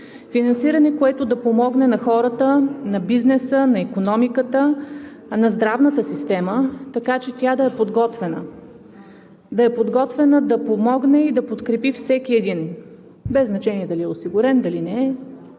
финансиране, което да помогне на хората, на бизнеса, на икономиката, на здравната система, така че тя да е подготвена. Да е подготвена да помогне и да подкрепи всеки един, без значение дали е осигурен или не е,